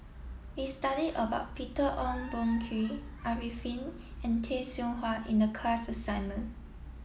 we studied about Peter Ong Boon Kwee Arifin and Tay Seow Huah in the class assignment